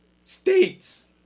States